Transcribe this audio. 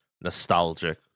nostalgic